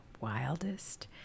wildest